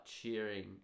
cheering